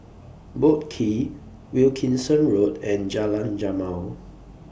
Boat Quay Wilkinson Road and Jalan Jamal